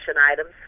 items